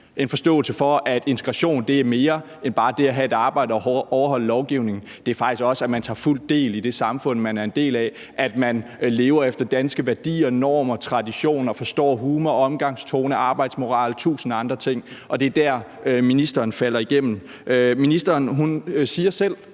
en forståelse for, at integrationen er mere end bare det at have et arbejde og at overholde lovgivningen, men at det faktisk også er det, at man fuldt ud tager del i det samfund, man er en del af, at man lever efter danske værdier, normer, traditioner, og at man forstår humoren, omgangstonen, arbejdsmoralen og tusind andre ting, og det er der, ministeren falder igennem. Ministeren sagde jo selv